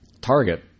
target